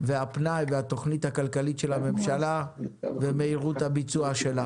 והפנאי והתכנית הכלכלית של הממשלה ומהירות הביצוע שלה.